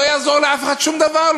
לא יעזור לאף אחד שום דבר.